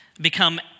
become